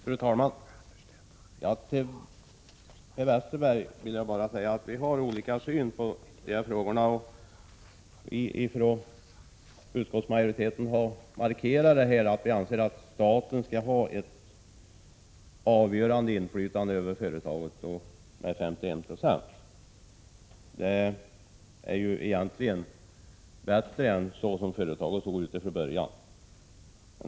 Fru talman! Till Per Westerberg vill jag bara säga att vi har olika syn på dessa frågor. Utskottsmajoriteten har markerat att staten bör ha ett avgörande inflytande över företaget, 51 90 av aktierna. Det är egentligen bättre än vad man tänkt sig från början.